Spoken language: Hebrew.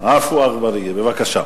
עפו אגבאריה, בבקשה.